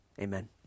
amen